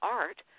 art